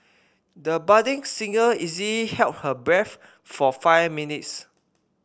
the budding singer easily held her breath for five minutes